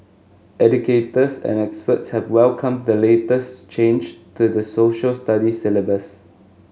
educators and experts have welcomed the latest change to the Social Studies syllabus